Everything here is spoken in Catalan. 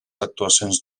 actuacions